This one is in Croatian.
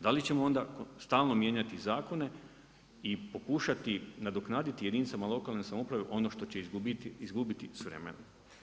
Da li ćemo onda stalno mijenjati zakone i pokušati nadoknaditi jedinicama lokalne samouprave ono što će izgubiti s vremenom.